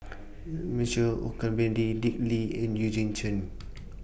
Michael Olcomendy Dick Lee and Eugene Chen